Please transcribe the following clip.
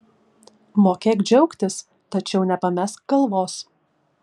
mokėk džiaugtis tačiau nepamesk galvos